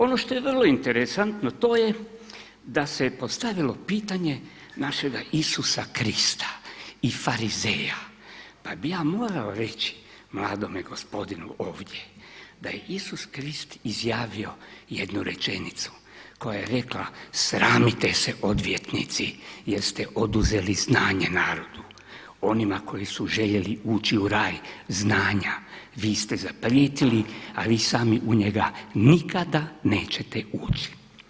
Ono što je vrlo interesantno to je da se postavilo pitanje našega Isusa Krista i farizeja, pa bi ja morao reći mladome gospodinu ovdje, da je Isus Krist izjavio jednu rečenicu koja je rekla „Sramite se odvjetnici jer ste oduzeli znanje narodu, onima koji su željeli ući u raj znanja, vi ste zaprijetili, a vi sami u njega nikada nećete ući“